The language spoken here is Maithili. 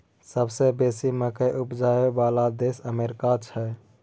सबसे बेसी मकइ उपजाबइ बला देश अमेरिका छै